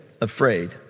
afraid